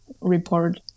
report